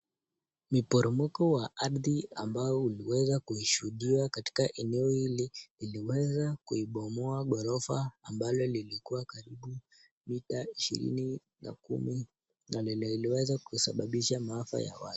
Miporomoko wa ardhi ambao umeweza kushuhudiwa katika eneo hili; liliweza kuibomoa gorofa ambalo lilikuwa karibu mita ishirini na kumi. Na limeweza kusababisha maafa ya watu.